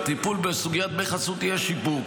בטיפול בסוגיית דמי חסות יש שיפור.